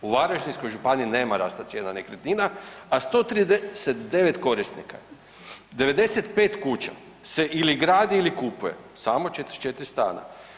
U Varaždinskoj županiji nema rasta cijena nekretnina, a 139 korisnika, 95 kuća se ili gradi ili kupuje, samo 44 stana.